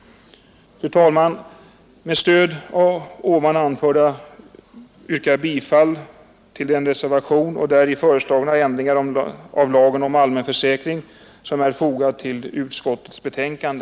Fru talman! Med stöd av det anförda yrkar jag bifall till den reservation med däri föreslagna ändringar av lagen om allmän försäkring som är fogad till utskottets betänkande.